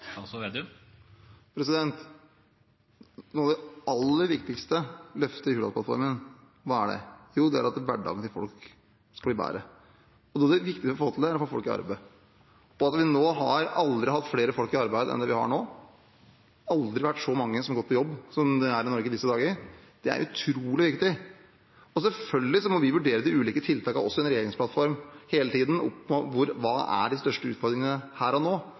er at hverdagen til folk skal bli bedre. Det viktigste for å få til det er å få folk i arbeid. Det at vi aldri før har hatt flere folk i arbeid enn det vi har nå, at det aldri før har vært så mange som går på jobb som det er i Norge i disse dager, er utrolig viktig. Selvfølgelig må vi hele tiden vurdere de ulike tiltakene, også i en regjeringsplattform, opp mot hva som er de største utfordringene her og nå.